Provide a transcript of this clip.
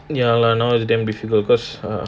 ya lah now it's damn difficult because err